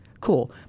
cool